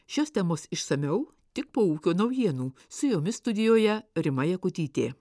šios temos išsamiau tik po ūkio naujienų su jomis studijoje rima jakutytė